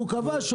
והשופט קבע,